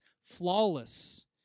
flawless